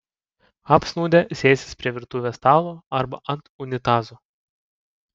apsnūdę sėsis prie virtuvės stalo arba ant unitazo